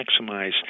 maximize